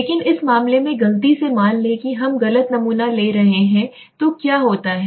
लेकिन इस मामले में गलती से मान लें कि हम गलत नमूना ले रहे हैं तो क्या होता है